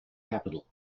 capital